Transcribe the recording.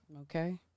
Okay